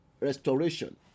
restoration